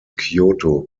kyoto